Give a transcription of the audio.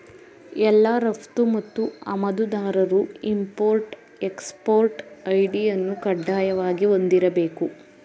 ಎಲ್ಲಾ ರಫ್ತು ಮತ್ತು ಆಮದುದಾರರು ಇಂಪೊರ್ಟ್ ಎಕ್ಸ್ಪೊರ್ಟ್ ಐ.ಡಿ ಅನ್ನು ಕಡ್ಡಾಯವಾಗಿ ಹೊಂದಿರಬೇಕು